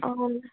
అవును